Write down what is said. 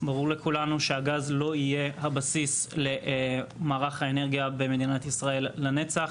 ברור לכולנו שהגז לא יהיה הבסיס למערך האנרגיה במדינת ישראל לנצח,